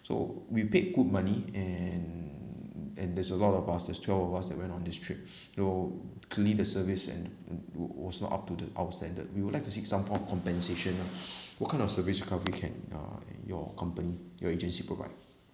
so we paid good money and and there's a lot of us there's twelve of us that went on this trip so clearly the service and wa~ wa~ was not up to the our standard we would like to seek some form of compensation lah what kind of service recovery can uh your compan~ your agency provide